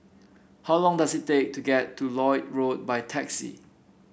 how long does it take to get to Lloyd Road by taxi